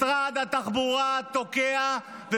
משרד התחבורה תוקע את זה,